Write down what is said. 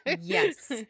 Yes